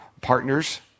partners